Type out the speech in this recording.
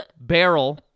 barrel